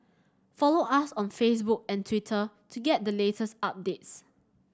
follow us on Facebook and Twitter to get the latest updates